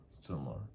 similar